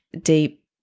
deep